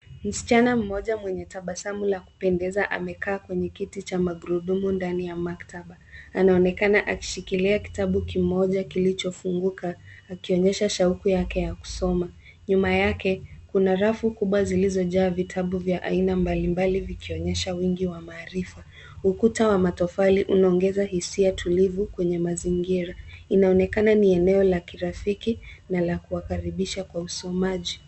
Msichana mmoja mwenye tabasamu la kupendeza amekaa kwenye kiti cha magurudumu ndani ya maktaba. Anaonekana akishikilia kitabu kimoja kilichofunguka akionyesha shauku yake ya kusoma. Nyuma yake kuna rafu kubwa zilizojaa vitabu vya aina mbalimbali vikionyesha wingi wa maarifa. Ukuta wa matofali unaongeza hisia tulivu kwenye mazingira. Inaonekana ni eneo la kirafiki na la kuwakaribisha kwa usomaji.